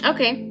Okay